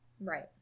Right